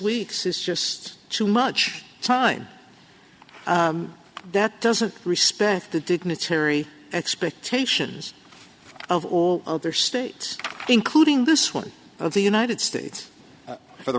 weeks is just too much time that doesn't respect the dignitary expectations of all other states including this one of the united states for the